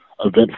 event